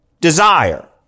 desire